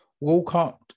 Walcott